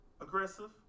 aggressive